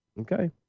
Okay